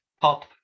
pop